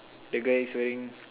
the guy is wearing